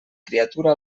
criatura